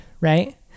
right